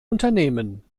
unternehmen